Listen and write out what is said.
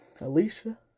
Alicia